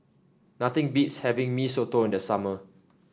nothing beats having Mee Soto in the summer